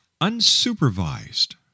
unsupervised